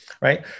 right